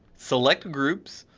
select groups.